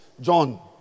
John